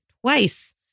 twice